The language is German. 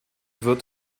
wird